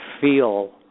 feel